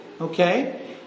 Okay